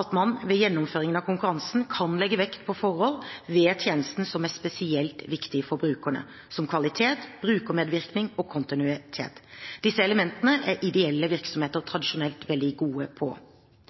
at man ved gjennomføringen av konkurransen kan legge vekt på forhold ved tjenesten som er spesielt viktige for brukerne, som kvalitet, brukermedvirkning og kontinuitet. Disse elementene er ideelle virksomheter tradisjonelt veldig gode på.